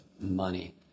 money